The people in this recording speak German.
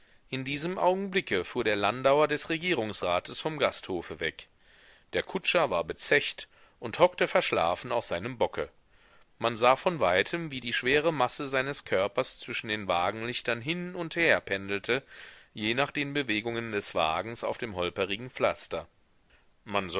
in diesem augenblicke fuhr der landauer des regierungsrates vom gasthofe weg der kutscher war bezecht und hockte verschlafen auf seinem bocke man sah von weitem wie die schwere masse seines körpers zwischen den wagenlichtern hin und her pendelte je nach den bewegungen des wagens auf dem holperigen pflaster man